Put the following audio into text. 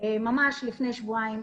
ממש לפני שבועיים.